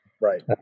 Right